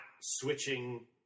switching